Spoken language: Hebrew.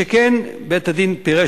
שכן בית-הדין פירש,